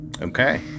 Okay